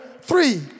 three